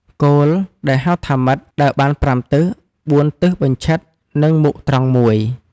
គោល ដែលហៅថាម៉ិត ដើរបាន ៥ទិស ៤ទិសបញ្ឆិត និងមុខត្រង់១។